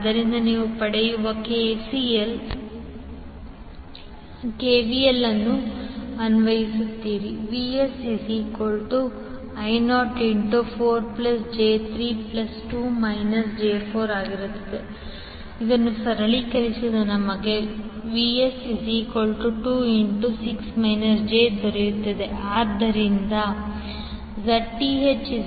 ಆದ್ದರಿಂದ ನೀವು ಪಡೆಯಲು ಕೆವಿಎಲ್ ಅನ್ನು ಅನ್ವಯಿಸುತ್ತೀರಿ VsI04j32 j426 j ಆದ್ದರಿಂದ ZThVsIs26 j34 j0